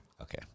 okay